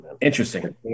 Interesting